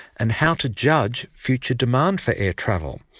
and how to judge future demand for air travel?